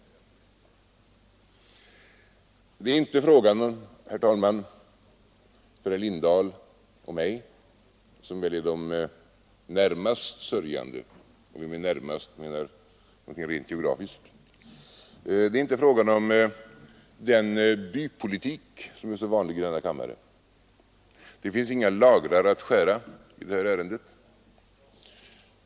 Det är för herr Lindahl och mig, som väl är de närmast sörjande om vi med ”närmast” menar det rent geografiskt, inte fråga om den bypolitik som är så vanlig i denna kammare. Det finns inga lagrar att skära i det här ärendet.